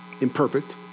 imperfect